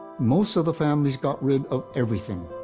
most of the families got rid of everything.